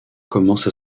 commencent